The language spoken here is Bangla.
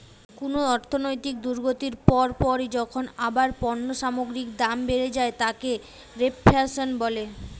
কুনো অর্থনৈতিক দুর্গতির পর পরই যখন আবার পণ্য সামগ্রীর দাম বেড়ে যায় তাকে রেফ্ল্যাশন বলে